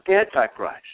Antichrist